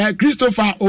Christopher